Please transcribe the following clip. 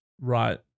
Right